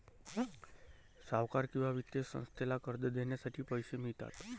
सावकार किंवा वित्तीय संस्थेला कर्ज देण्यासाठी पैसे मिळतात